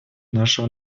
нашего